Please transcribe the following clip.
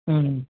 હમ્મ